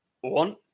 one